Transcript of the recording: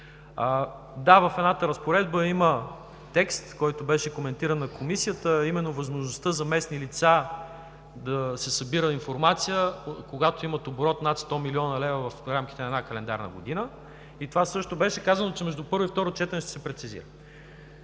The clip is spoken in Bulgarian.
Да, в едната разпоредба има текст, който беше коментиран на Комисията, а именно възможността за местни лица да се събира информация, когато имат оборот над 100 млн. лв., в рамките на една календарна година и това също беше казано, че между първо и второ четене ще се прецизира.